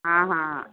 हा हा